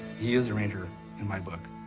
he is a ranger in my book.